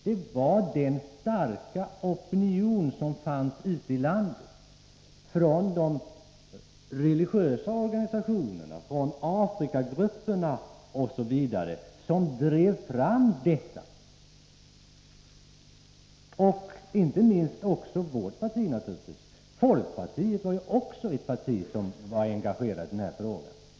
Det var den starka opinionen i landet, från bl.a. de religiösa organisationerna och Afrikagrupperna, som drev fram lagstiftningen. Naturligtvis låg inte minst vårt parti bakom. Även folkpartiet var engagerat i denna fråga.